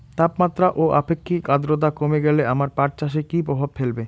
তাপমাত্রা ও আপেক্ষিক আদ্রর্তা কমে গেলে আমার পাট চাষে কী প্রভাব ফেলবে?